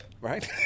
right